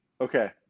Okay